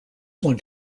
one